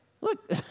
look